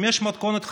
אם יש מתכונת חצויה,